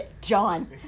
John